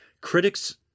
Critics